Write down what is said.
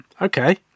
Okay